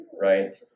right